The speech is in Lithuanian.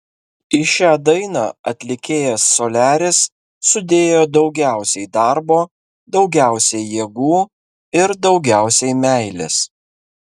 į šią dainą atlikėjas soliaris sudėjo daugiausiai darbo daugiausiai jėgų ir daugiausiai meilės